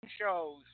shows